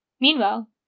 Meanwhile